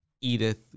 Edith